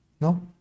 No